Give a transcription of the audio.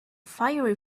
fiery